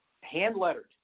hand-lettered